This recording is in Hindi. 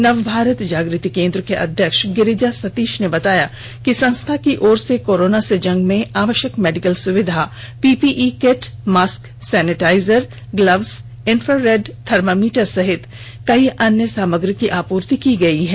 नव भारत जागृति केंद्र के अध्यक्ष गिरिजा सतीष ने बताया कि संस्था की ओर से कोरोना से जंग में आवष्यक मेडिकल सुविधा PPE kit mask sanitiser gloves infrared thermometer समेत कई अन्य सामग्री की आपूर्ति की गयी है